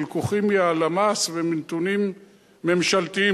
שלקוחים מהלמ"ס ומנתונים ממשלתיים,